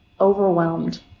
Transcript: overwhelmed